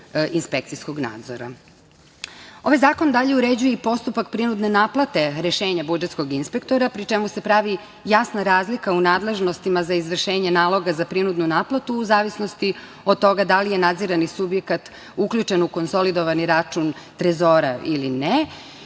inspekcijskog nadzora. Ovaj zakon dalje uređuje i postupak prinudne naplate rešenja budžetskog inspektora, pri čemu se pravi jasna razlika u nadležnostima za izvršenje naloga za prinudnu naplatu u zavisnosti od toga da li je nadzirani subjekat uključen u konsolidovani račun Trezora ili ne.